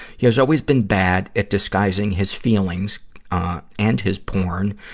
he's always been bad at disguising his feelings and his porn,